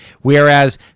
whereas